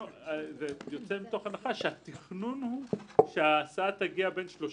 זה יוצא מתוך הנחה שהתכנון הוא שההסעה תגיע בין 30